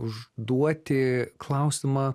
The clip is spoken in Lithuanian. užduoti klausimą